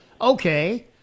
okay